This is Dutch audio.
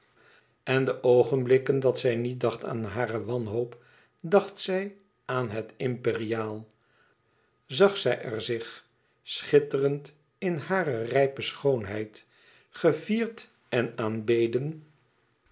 en de oogenblikken dat zij niet dacht aan hare wanhoop dacht zij aan het imperiaal zag zij er zich schitterend in hare rijpe schoonheid gevierd en aanbeden